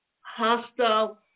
hostile